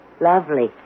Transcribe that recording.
Lovely